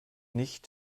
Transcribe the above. nicht